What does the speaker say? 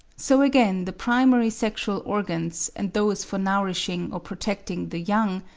so again the primary sexual organs, and those for nourishing or protecting the young,